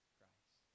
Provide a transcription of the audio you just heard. Christ